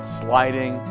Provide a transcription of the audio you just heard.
sliding